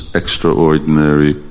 extraordinary